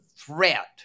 Threat